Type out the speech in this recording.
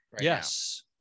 Yes